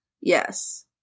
Yes